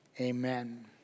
Amen